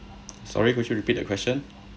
sorry could you repeat the question